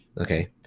Okay